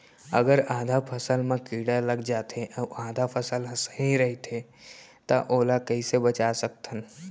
अगर आधा फसल म कीड़ा लग जाथे अऊ आधा फसल ह सही रइथे त ओला कइसे बचा सकथन?